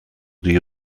die